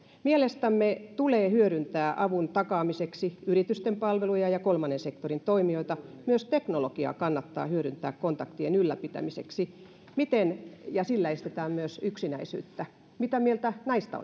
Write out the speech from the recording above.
mielestämme tulee hyödyntää avun takaamiseksi yritysten palveluja ja kolmannen sektorin toimijoita myös teknologiaa kannattaa hyödyntää kontaktien ylläpitämiseksi ja sillä estetään myös yksinäisyyttä mitä mieltä näistä